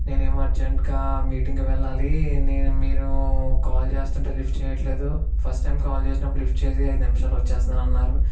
నేనేమో అర్జెంట్గా మీటింగ్కి వెళ్ళాలి నేను మీరు కాల్ చేస్తుంటే లిఫ్ట్ చేయట్లేదు ఫస్ట్ టైం కాల్ చేసినప్పుడు లిఫ్ట్ చేసి ఐదు నిమిషాల్లో వచ్చేస్తాను అన్నారు